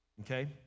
okay